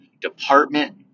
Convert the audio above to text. department